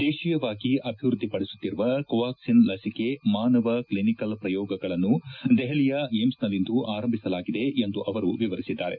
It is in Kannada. ದೇಶಿಯವಾಗಿ ಅಭಿವೃದ್ದಿ ಪಡಿಸುತ್ತಿರುವ ಕೋವಾಕ್ಸಿನ್ ಲಸಿಕೆ ಮಾನವ ಕ್ಲಿನಿಕಲ್ ಪ್ರಯೋಗಗಳನ್ನು ದೆಹಲಿಯ ಏಮ್ಸ್ನಲ್ಲಿಂದು ಆರಂಭಿಸಲಾಗಿದೆ ಎಂದು ಅವರು ವಿವರಿಸಿದ್ದಾರೆ